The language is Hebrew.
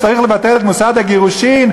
שצריך לבטל את מוסד הנישואין,